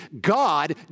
God